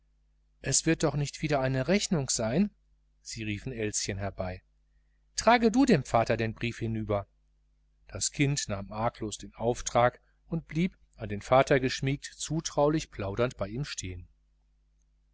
es wird doch nicht wieder eine rechnung sein sie riefen elschen herbei trage du dem vater den brief hinüber das kind übernahm arglos den auftrag und blieb an den vater geschmiegt zutraulich plaudernd bei ihm stehen